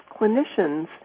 clinicians